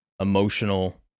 emotional